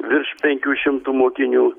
virš penkių šimtų mokinių